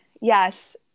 yes